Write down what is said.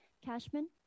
Cashman